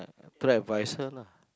to that I advise her lah